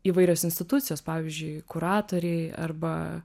įvairios institucijos pavyzdžiui kuratoriai arba